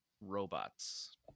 robots